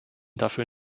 dafür